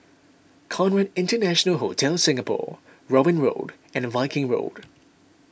Conrad International Hotel Singapore Robin Road and the Viking Road